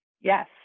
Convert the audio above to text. yes